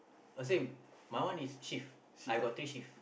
uh same my one is shift I got three shift